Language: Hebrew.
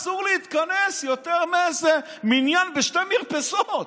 אסור להתכנס יותר מאיזה מניין בשתי מרפסות.